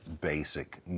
basic